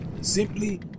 simply